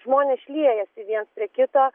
žmonės šliejasi viens prie kito